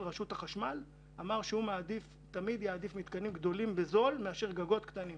רשות החשמל אמר שהוא תמיד יעדיף מתקנים גדולים בזול מאשר גגות קטנים.